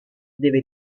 deve